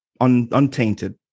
untainted